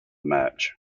match